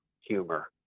humor